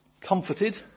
comforted